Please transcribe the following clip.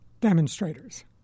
demonstrators